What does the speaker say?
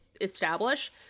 establish